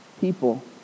people